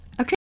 Okay